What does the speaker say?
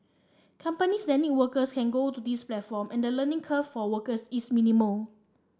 companies that need workers can go to this platform and the learning curve for workers is minimal